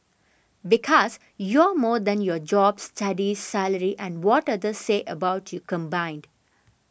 because you're more than your job studies salary and what others say about you combined